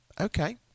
Okay